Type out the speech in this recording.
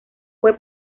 fue